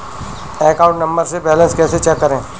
Account number से balance कैसे check करें?